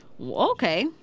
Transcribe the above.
Okay